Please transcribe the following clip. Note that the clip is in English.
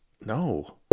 No